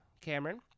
Cameron